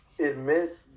admit